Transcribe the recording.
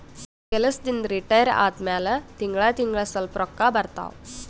ಕೆಲ್ಸದಿಂದ್ retire ಆದಮ್ಯಾಲ ತಿಂಗಳಾ ತಿಂಗಳಾ ಸ್ವಲ್ಪ ರೊಕ್ಕಾ ಬರ್ತಾವ